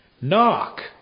Knock